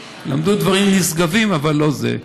למדו דברים נשגבים אבל לא את זה.